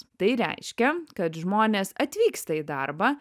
tai reiškia kad žmonės atvyksta į darbą